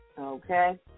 Okay